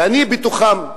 ואני בתוכם,